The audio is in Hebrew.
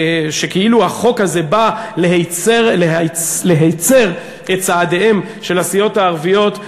שכאילו החוק הזה בא להצר את צעדיהן של הסיעות הערביות,